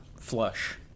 flush